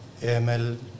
AML